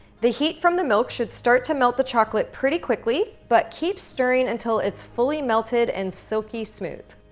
the heat from the milk should start to melt the chocolate pretty quickly, but keep stirring until it's fully melted and silky smooth.